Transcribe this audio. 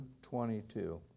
22